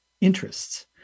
interests